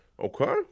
Okay